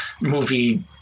movie